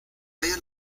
halla